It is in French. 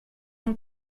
mon